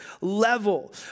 level